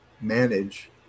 manage